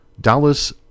Dallas